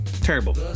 Terrible